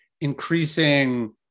increasing